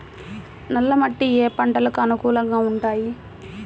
నల్ల మట్టి ఏ ఏ పంటలకు అనుకూలంగా ఉంటాయి?